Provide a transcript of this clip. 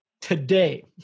today